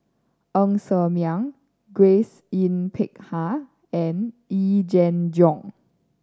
Ng Ser Miang Grace Yin Peck Ha and Yee Jenn Jong